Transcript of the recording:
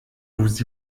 vous